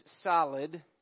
solid